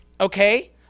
okay